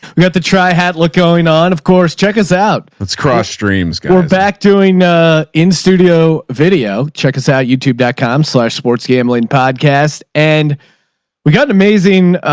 got to try a hat look going on. of course. check this out. let's cross streams, go back doing a lot in studio video. check this out. youtube dot com slash sports gambling podcast and we got amazing. ah,